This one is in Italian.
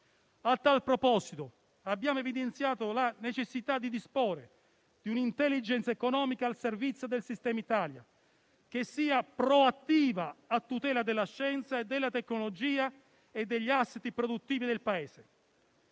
A tal proposito, abbiamo evidenziato la necessità di disporre di un'*intelligence* economica al servizio del sistema Italia, che sia proattiva a tutela della scienza e della tecnologia e degli *asset* produttivi del Paese.